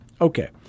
Okay